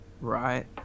Right